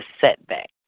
setback